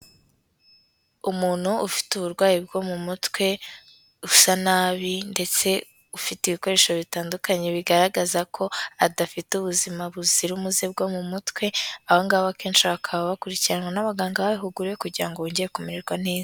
Umuntu ufite uburwayi bwo mu mutwe, usa nabi ndetse ufite ibikoresho bitandukanye bigaragaza ko adafite ubuzima buzira umuze bwo mu mutwe, aba ngaba akenshi bakaba bakurikiranwa n'abaganga babihuguriwe kugira ngo bongere kumererwa neza.